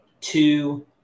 two